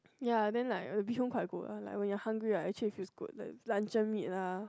ya then like the bee hoon quite good when you're hungry right actually feels good luncheon meat lah